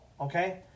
okay